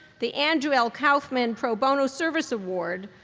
the andrew l. kaufman pro bono service award,